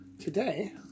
Today